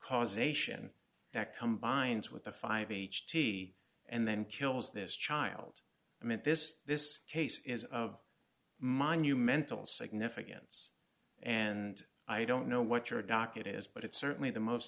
causation that come binds with the five h t and then kills this child i mean this this case is of monumental significance and i don't know what your doc it is but it's certainly the most